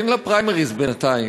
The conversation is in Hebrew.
אין לה פריימריז בינתיים,